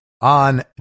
on